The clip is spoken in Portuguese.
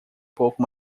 pouco